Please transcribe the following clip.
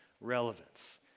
relevance